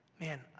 Man